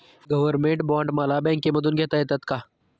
Government bond मला बँकेमधून घेता येतात का?